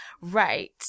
Right